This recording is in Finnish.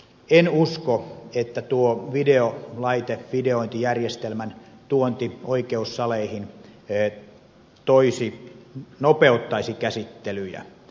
en usko että tuo videolaite videointijärjestelmän tuonti oikeussaleihin nopeuttaisi käsittelyjä